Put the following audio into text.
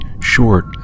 short